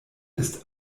ist